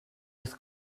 his